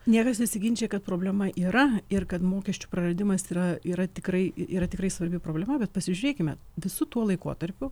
niekas nesiginčija kad problema yra ir kad mokesčių praradimas yra yra tikrai yra tikrai svarbi problema bet pasižiūrėkime visu tuo laikotarpiu